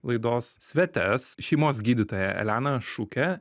laidos svetes šeimos gydytoja eleną šukę